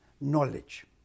knowledge